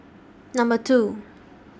Number two